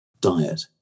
diet